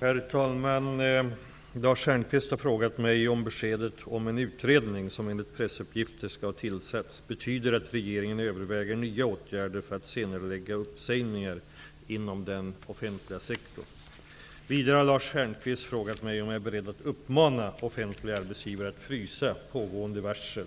Herr talman! Lars Stjernkvist har frågat mig om beskedet om en utredning, som enligt pressuppgifter skall ha tillsatts, betyder att regeringen överväger nya åtgärder för att senarelägga uppsägningar inom den offentliga sektorn. Vidare har Lars Stjernkvist frågat mig om jag är beredd att uppmana offentliga arbetsgivare att frysa pågående varsel